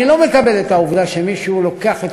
אני לא מקבל את העובדה שמישהו לוקח את